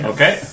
Okay